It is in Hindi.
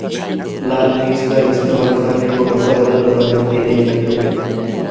लाल मिर्च का इस्तेमाल खाने को मसालेदार बनाने के लिए करते हैं